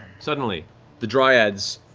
suddenly the dryads